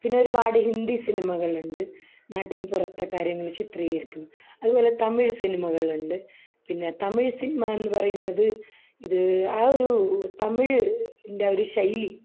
പിന്നെ ഒരുപാട് ഹിന്ദി സിനിമകളുണ്ട് നാട്ടിൻപുറത്തെ കാര്യങ്ങൾ ചിത്രീകരിക്കും അതുപോലെ തമിഴ് സിനിമകളുണ്ട് പിന്നെ തമിഴ് സിനിമ എന്ന് പറയുന്നത് ഇത് ആ ഒരു തമിഴിൻ്റെ ആ ഒരു ശൈലി